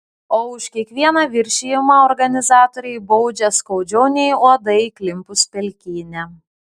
o už kiekvieną viršijimą organizatoriai baudžia skaudžiau nei uodai įklimpus pelkyne